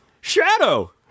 Shadow